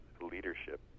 leadership